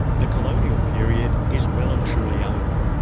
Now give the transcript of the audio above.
the colonial period is well and truly over.